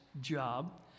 job